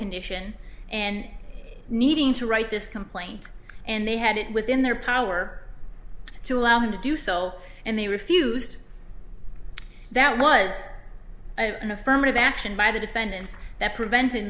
condition and needing to write this complaint and they had it within their power to allow him to do so and they refused that was an affirmative action by the defendants that prevent